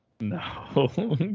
No